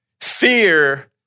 Fear